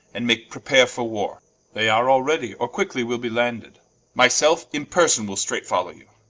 and make prepare for warre they are alreadie, or quickly will be landed my selfe in person will straight follow you.